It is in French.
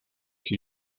qui